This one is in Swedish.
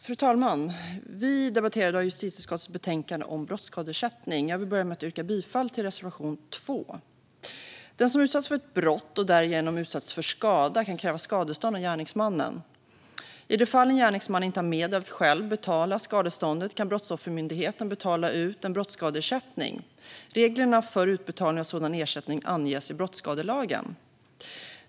Fru talman! Vi debatterar i dag justitieutskottets betänkande om brottsskadeersättning. Jag vill börja med att yrka bifall till reservation 2. Den som har utsatts för ett brott och därigenom utsatts för skada kan kräva skadestånd av gärningsmannen. I de fall en gärningsman inte har medel att själv betala skadeståndet kan Brottsoffermyndigheten betala ut en brottsskadeersättning. Reglerna för utbetalning av sådan ersättning anges i brottskadelagen.